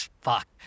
Fuck